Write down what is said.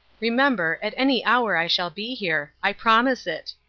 remember, at any hour i shall be here. i promise it.